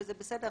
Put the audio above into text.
וזה בסדר,